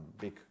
big